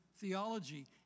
theology